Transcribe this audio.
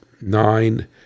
nine